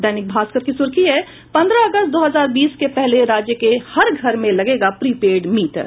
दैनिक भास्कर की सुर्खी है पंद्रह अगस्त दो हजार बीस के पहले राज्य के हर घर में लगेंगे प्रीपेड मीटर